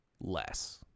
less